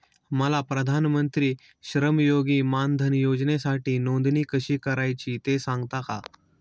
मला प्रधानमंत्री श्रमयोगी मानधन योजनेसाठी नोंदणी कशी करायची ते सांगता का?